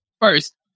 first